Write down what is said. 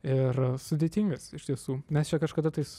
ir sudėtingas iš tiesų mes čia kažkada tais